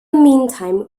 meantime